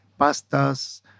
pastas